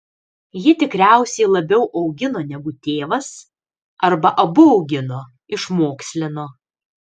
ji tikriausiai labiau augino negu tėvas arba abu augino išmokslino